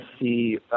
see